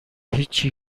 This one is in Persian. هیچی